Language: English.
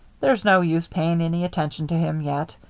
there's no use paying any attention to him yet.